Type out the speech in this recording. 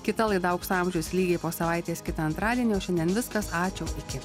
kita laida aukso amžius lygiai po savaitės kitą antradienį o šiandien viskas ačiū iki